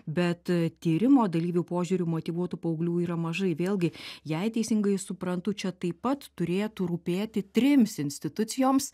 bet tyrimo dalyvių požiūriu motyvuotų paauglių yra mažai vėlgi jei teisingai suprantu čia taip pat turėtų rūpėti trims institucijoms